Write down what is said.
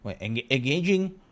Engaging